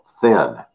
thin